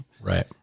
right